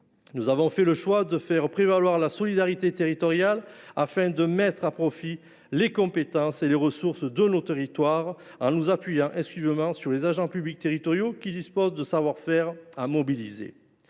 Nous avons fait le choix de faire prévaloir la solidarité territoriale afin de mettre à profit les compétences et les ressources de nos territoires en nous appuyant exclusivement sur les agents publics territoriaux, qui disposent de savoir faire mobilisables.